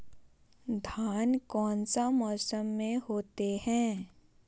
धान कौन सा मौसम में होते है?